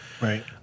Right